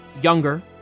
Younger